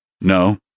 No